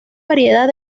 variedad